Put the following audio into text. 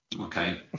Okay